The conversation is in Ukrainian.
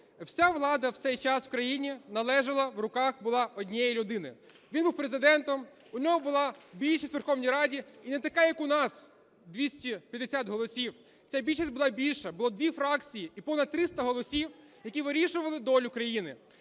Вся влада в цей час в країні належала, в руках була однієї людини. Він був Президентом, в нього була більшість у Верховній Раді і не така як у нас – 250 голосів. Ця більшість була більша, бо дві фракції і понад 300 голосів, які вирішували долю країни.